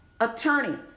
attorney